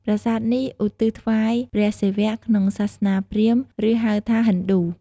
ប្រាសាទនេះឧទ្ទិសថ្វាយព្រះសិវៈក្នុងសាសនាព្រាហ្មណ៍ ឬហៅថា ហិណ្ឌូ។